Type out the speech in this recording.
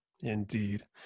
indeed